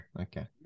okay